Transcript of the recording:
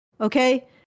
Okay